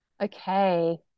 Okay